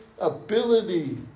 ability